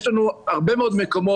יש לנו הרבה מאוד מקומות,